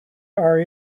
are